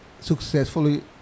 successfully